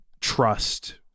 trust